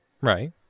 Right